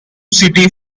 city